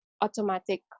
automatic